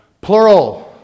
Plural